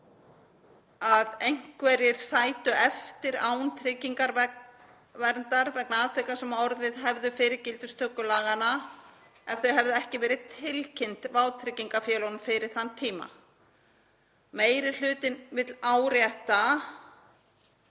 að einhverjir sætu eftir án tryggingaverndar vegna atvika sem orðið hefðu fyrir gildistöku laganna ef þau hefðu ekki verið tilkynnt vátryggingafélögunum fyrir þann tíma. Meiri hlutinn vill árétta